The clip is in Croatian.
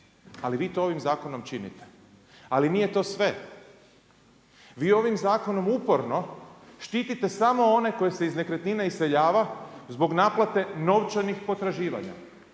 A li vi to ovim zakonom činite. Ali nije to sve. Vi ovim zakonom uporno štitite samo one koje iz nekretnine iseljava zbog naplate novčanih potraživanja.